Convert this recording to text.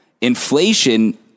Inflation